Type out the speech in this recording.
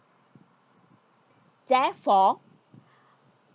therefore